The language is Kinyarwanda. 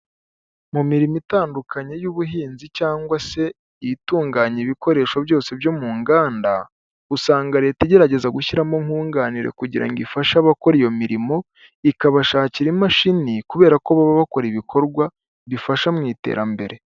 Mu mirimo itandukanye y'ubuhinzi cyangwa se itunganya ibikoresho byose byo mu nganda, usanga leta igerageza gushyiramo nkunganirare kugira ngo ifashe abakora iyo mirimo ikabashakira imashini kubera ko baba bakora ibikorwa bifasha mu iterambere.